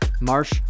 Marsh